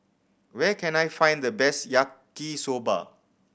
where can I find the best Yaki Soba